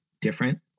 different